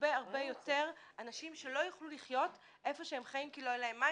הרבה הרבה יותר אנשים שלא יוכלו לחיות איפה שהם חיים כי לא יהיה להם מים